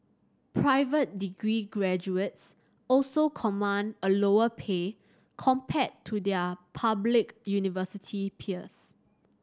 private degree graduates also command a lower pay compared to their public university peers